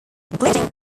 including